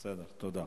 תודה.